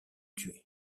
tués